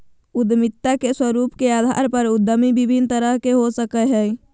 उद्यमिता के स्वरूप के अधार पर उद्यमी विभिन्न तरह के हो सकय हइ